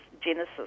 genesis